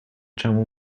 czemu